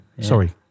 sorry